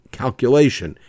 calculation